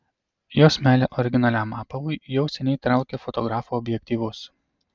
jos meilė originaliam apavui jau seniai traukia fotografų objektyvus